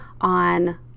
on